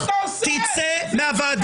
צא מהוועדה.